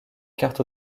carte